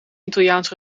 italiaans